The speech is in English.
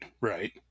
right